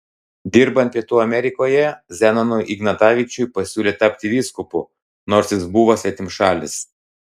dirbant pietų amerikoje zenonui ignatavičiui pasiūlė tapti vyskupu nors jis buvo svetimšalis